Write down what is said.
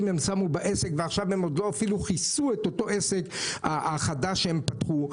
הם שמו בעסק והם לא כיסו עדין את אותו עסק חדש שהם פתחו.